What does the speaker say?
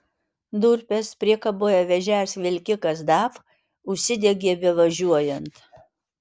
durpes priekaboje vežęs vilkikas daf užsidegė bevažiuojant